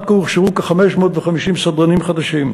עד כה הוכשרו כ-550 סדרנים חדשים,